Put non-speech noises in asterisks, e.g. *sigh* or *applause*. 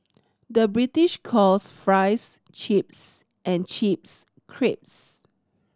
the British calls fries chips and chips *unintelligible*